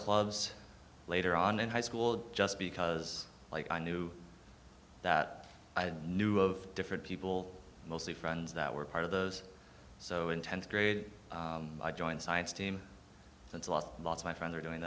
clubs later on in high school just because like i knew that i knew of different people mostly friends that were part of those so in tenth grade i joined science team that's lost my friends are doing